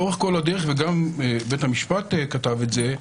לאורך כל הדרך וגם בית המשפט כתב את זה,